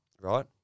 right